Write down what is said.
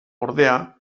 ordea